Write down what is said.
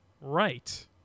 Right